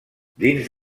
dins